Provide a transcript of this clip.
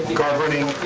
governing.